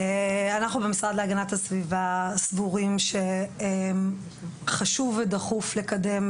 אנחנו במשרד להגנת הסביבה סבורים שחשוב ודחוף לקדם